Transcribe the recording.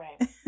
Right